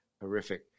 horrific